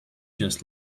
just